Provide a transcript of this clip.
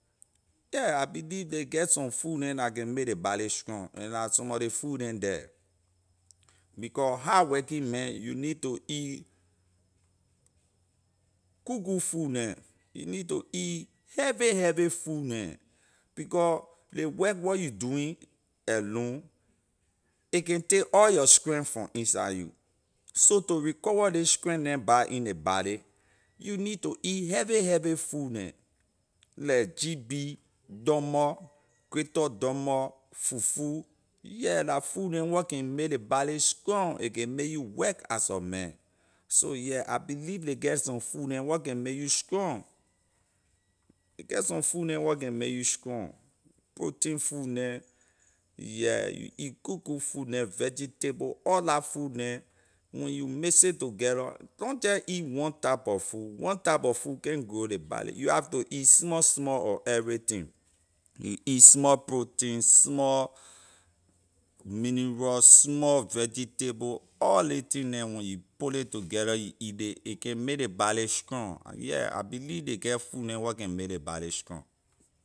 Yeah I believe ley get some food neh la can make ley body strong and la some of ley food neh there becor hard working man you need to eat good good food neh you need to eat heavy heavy food neh becor ley work where you doing alone a can take all your strength from inside you so to recover ley strength neh back in ley body you need to eat heavy heavy food neh like gb dumboy gritter dumboy fufu yeah la food neh where can make ley body strong a can make you work as a man so yeah I believe ley get some food neh where can make you strong a get some food neh where can make you strong protein food neh yeah you eat good good food neh vegetable all la food neh when you miss it together don’t jeh eat one type of food, one type of food can’t grow ley body you have to eat small small of everything you eat small protein small mineral small vegetable all ley thing neh when you put ley together you eat ley a can make ley body strong yeah I believe ley get food neh where can make ley body strong.